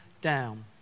down